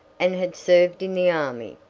and had served in the army.